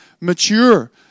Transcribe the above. mature